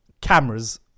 cameras